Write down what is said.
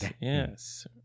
Yes